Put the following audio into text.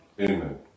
Amen